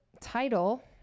title